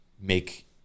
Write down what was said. make